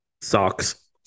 Socks